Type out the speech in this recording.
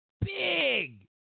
big